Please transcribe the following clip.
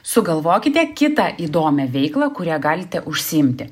sugalvokite kitą įdomią veiklą kuria galite užsiimti